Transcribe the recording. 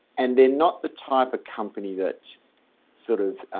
and they're not the type of company that sort of